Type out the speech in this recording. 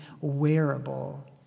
wearable